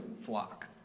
flock